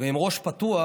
ועם ראש פתוח